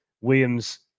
Williams